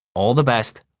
all the best,